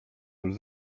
już